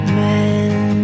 men